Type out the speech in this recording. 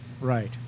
Right